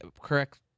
correct